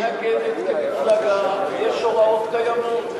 אם היא מתאגדת כמפלגה ויש הוראות קיימות,